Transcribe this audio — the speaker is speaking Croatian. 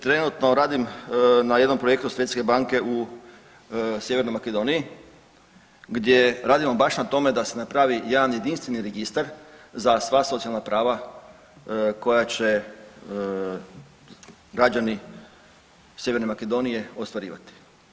Trenutno radim na jednom projektu Svjetske banke u Sjevernoj Makedoniji, gdje radimo baš na tome da se napravi jedan jedinstveni registar za sva socijalna prava koja će građani Sjeverne Makedonije ostvarivati.